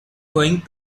going